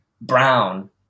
brown